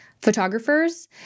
photographers